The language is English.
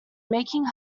making